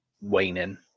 waning